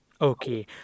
Okay